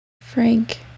Frank